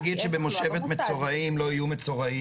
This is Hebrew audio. זה כמו להגיד שבמושבת מצורעים לא יהיו מצורעים,